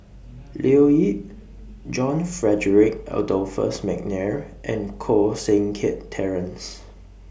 Leo Yip John Frederick Adolphus Mcnair and Koh Seng Kiat Terence